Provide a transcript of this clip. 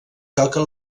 toca